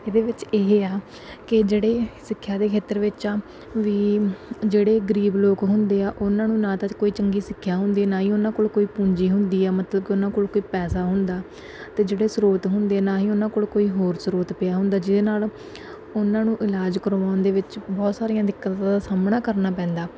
ਇਹਦੇ ਵਿੱਚ ਇਹ ਆ ਕਿ ਜਿਹੜੇ ਸਿੱਖਿਆ ਦੇ ਖੇਤਰ ਵਿੱਚ ਆ ਵੀ ਜਿਹੜੇ ਗਰੀਬ ਲੋਕ ਹੁੰਦੇ ਆ ਉਹਨਾਂ ਨੂੰ ਨਾ ਤਾਂ ਕੋਈ ਚੰਗੀ ਸਿੱਖਿਆ ਹੁੰਦੀ ਨਾ ਹੀ ਉਹਨਾਂ ਕੋਲ ਕੋਈ ਪੂੰਜੀ ਹੁੰਦੀ ਆ ਮਤਲਬ ਕਿ ਉਹਨਾਂ ਕੋਲ ਕੋਈ ਪੈਸਾ ਹੁੰਦਾ ਅਤੇ ਜਿਹੜੇ ਸਰੋਤ ਹੁੰਦੇ ਆ ਨਾ ਹੀ ਉਹਨਾਂ ਕੋਲ ਕੋਈ ਹੋਰ ਸ੍ਰੋਤ ਪਿਆ ਹੁੰਦਾ ਜਿਹਦੇ ਨਾਲ ਉਹਨਾਂ ਨੂੰ ਇਲਾਜ ਕਰਵਾਉਣ ਦੇ ਵਿੱਚ ਬਹੁਤ ਸਾਰੀਆਂ ਦਿੱਕਤਾਂ ਦਾ ਸਾਹਮਣਾ ਕਰਨਾ ਪੈਂਦਾ